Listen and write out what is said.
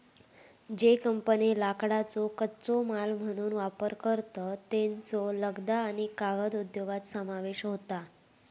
ज्ये कंपन्ये लाकडाचो कच्चो माल म्हणून वापर करतत, त्येंचो लगदा आणि कागद उद्योगात समावेश होता